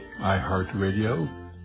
iHeartRadio